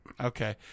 Okay